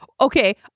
Okay